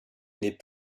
n’est